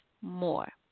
more